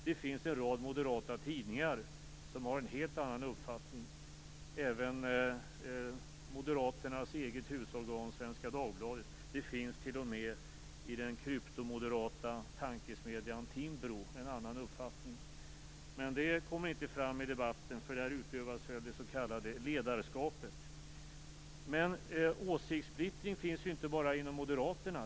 Det finns en rad moderata tidningar som har en helt annan uppfattning, även Moderaternas eget husorgan Svenska Dagbladet. Det finns t.o.m. en annan uppfattning i den kryptomoderata tankesmedjan Timbro. Men det kommer inte fram i debatten. Där utövas väl det s.k. ledarskapet. Åsiktssplittring finns inte bara inom Moderaterna.